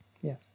Yes